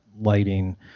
lighting